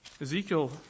Ezekiel